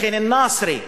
לכן "אל-נסרי",